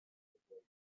rachel